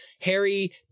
Harry